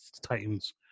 Titans